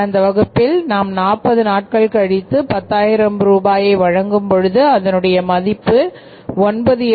கடந்த வகுப்பில் நாம் 40 நாட்கள் கழித்து 10000 ரூபாயை வழங்கும் பொழுது அதனுடைய மதிப்பு 9838